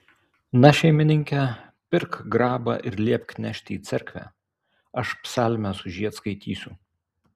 na šeimininke pirk grabą ir liepk nešti į cerkvę aš psalmes už jį atskaitysiu